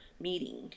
meeting